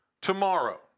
Tomorrow